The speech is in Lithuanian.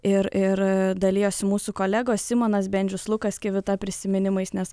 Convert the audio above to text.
ir ir dalijosi mūsų kolegos simonas bendžius lukas kivita prisiminimais nes